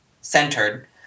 centered